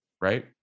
right